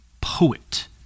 poet